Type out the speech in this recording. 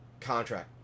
contract